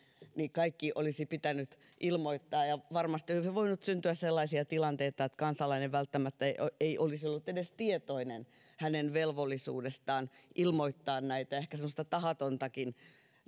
kaikki olisi pitänyt ilmoittaa ja varmasti olisi voinut syntyä sellaisia tilanteita että kansalainen välttämättä ei olisi ollut edes tietoinen velvollisuudestaan ilmoittaa näitä ehkä semmoista tahatontakin